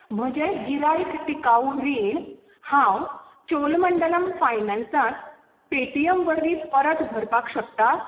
म्हजें गिरायक टिकाऊ रीण हांव चोलमंडलम फायनान्सांत पे टी एम वरवीं परत भरपाक शकता